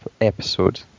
episode